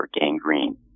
gangrene